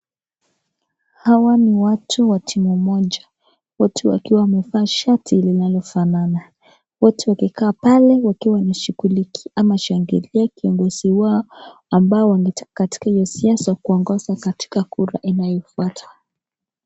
Hawa ni watu wa timu moja wote wakiwa wamevaa shati linalofanana wote wakikaa pale wakiwa wanashughuliki ama kushangilia kiongozi wao ambao wametaa katika hisia za kuongoza katika kura inayofuata.